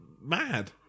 mad